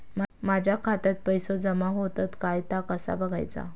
माझ्या खात्यात पैसो जमा होतत काय ता कसा बगायचा?